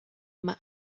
mae